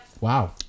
Wow